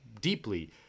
deeply